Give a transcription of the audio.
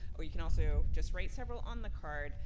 or you can also just write several on the card.